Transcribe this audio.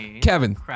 Kevin